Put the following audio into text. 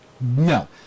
No